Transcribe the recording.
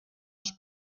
els